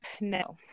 no